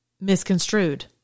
misconstrued